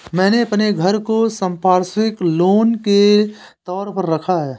मैंने अपने घर को संपार्श्विक लोन के तौर पर रखा है